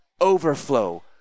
overflow